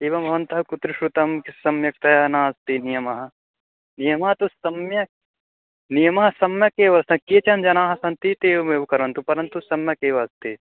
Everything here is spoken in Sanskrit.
एवं भवन्तः कुत्र श्रुतं सम्यक्तया नास्ति नियमः नियमः तु सम्यक् नियमः सम्यक् एव त केचन् जनाः सन्ति तेवमेव करन्तु परन्तु सम्यक् एव अस्ति